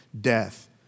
death